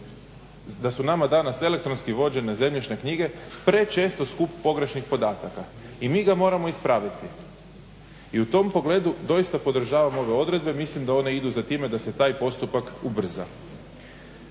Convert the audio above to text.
da su nama danas elektronski vođene zemljišne knjige prečesto skup pogrešnih podataka i mi ga moramo ispraviti. I u tom pogledu doista podržavam ove odredbe, mislim da one idu za time da se taj postupak ubrza.